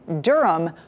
Durham